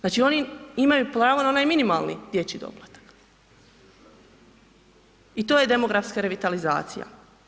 Znači oni imaju pravo na onaj minimalni dječji doplatak i to je demografska revitalizacija.